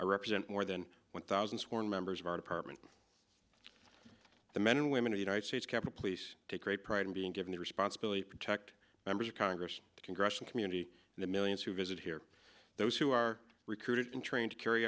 represent more than one thousand sworn members of our department the men and women of united states capitol police take great pride in being given the responsibility to protect members of congress congressional community and the millions who visit here those who are recruited and trained to carry